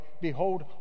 behold